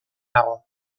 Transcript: dago